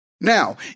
Now